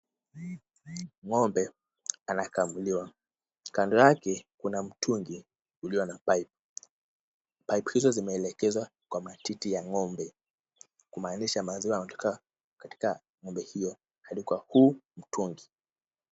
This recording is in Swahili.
Ng'ombe anakamuliwa. Kando yake kuna mtungi ulio na paipu. Paipu hizo zimeelekezwa kwenye matiti ya ng'ombe kumaanisha maziwa yanatoka kutoka kwa ng'ombe huyo hadi kwa huu mtungi.